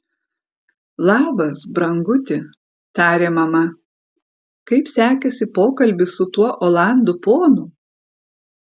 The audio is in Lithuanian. labas branguti tarė mama kaip sekėsi pokalbis su tuo olandų ponu